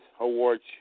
Awards